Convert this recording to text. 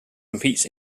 competes